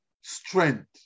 strength